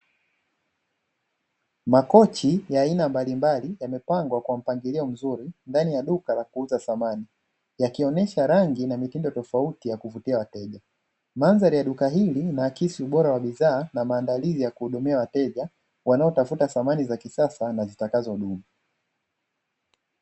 Makochi ya aina mbalimbali yamepangwa kwa mpangilio mzuri ndani ya duka la kuuza samani, yakionyesha rangi na mitindo tofauti yakivutia wateja. Mandhari ya duka hili inaakisi ubora wa bidhaa na maandalizi ya kuhudumia wateja wanaotafuta samani za kisasa na zitakazodumu.